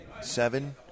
seven